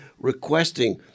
requesting